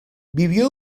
vivió